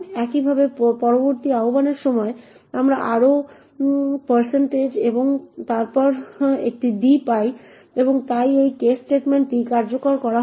একইভাবে পরবর্তী আহ্বানের সময় আমরা আরও একটি এবং তারপর একটি d পাই এবং তাই এই কেস স্টেটমেন্টটি কার্যকর করা হবে